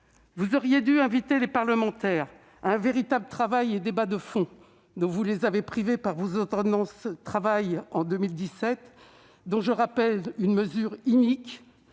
Vous auriez dû inviter les parlementaires à un véritable travail et à un débat de fond. Mais vous les en avez privés par vos ordonnances de 2017, dont je veux rappeler ici une mesure inique